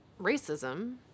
racism